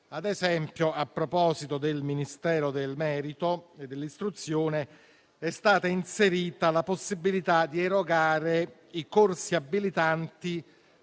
Ad esempio, a proposito del Ministero dell'istruzione e del merito, è stata inserita la possibilità di erogare i corsi abilitanti,